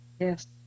Yes